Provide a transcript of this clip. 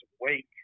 WAKE